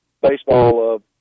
baseball